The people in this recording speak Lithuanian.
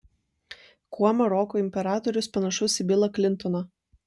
kuo maroko imperatorius panašus į bilą klintoną